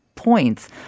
points